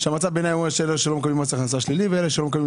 שאומר שלא מקבלים מס הכנסה שלילי ואלה שלא מגיעים